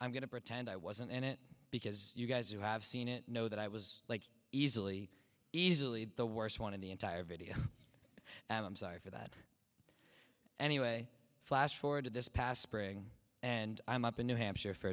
i'm going to pretend i wasn't in it because you guys who have seen it know that i was like easily easily the worst one in the entire video and i'm sorry for that anyway flash forward to this past spring and i'm up in new hampshire for